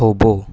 થોભો